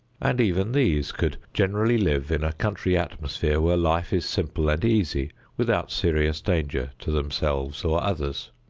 and even these could generally live in a country atmosphere where life is simple and easy, without serious danger to themselves or others.